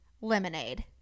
Lemonade